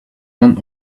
one